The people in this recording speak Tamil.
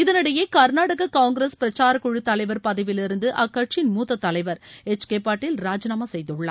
இதனிடையே கர்நாடக காங்கிரஸ் பிரக்சாரக்குழு தலைவர் பதவியிலிருந்து அக்கட்சியின் மூத்த தலைவர் எச் கே பட்டேல் ராஜினாமா செய்துள்ளார்